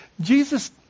Jesus